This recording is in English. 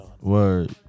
Word